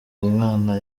umwana